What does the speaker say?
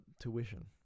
tuition